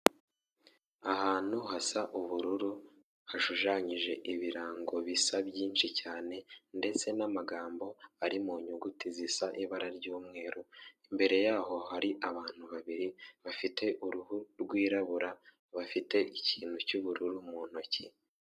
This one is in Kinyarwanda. Ahantu hasa ubururu hashushanyije ibirango bisa byinshi cyane ndetse n'amagambo ari mu nyuguti zisa ibara ry'umweru, imbere yaho hari abantu babiri bafite uruhu rwirabura bafite ikintu cy'ubururu mu ntoki.